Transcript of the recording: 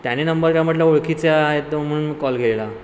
त्याने नंबर घ्या म्हटलं ओळखीचे आहेत म्हणून मी कॉल केलेला